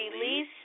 Release